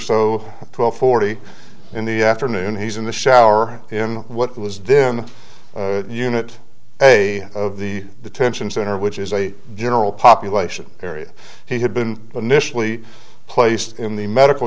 so twelve forty in the afternoon he's in the shower in what was then the unit a of the the tension center which is a general population area he had been initially placed in the medical